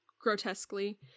grotesquely